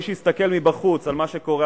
מי שיסתכל מבחוץ על מה שקורה,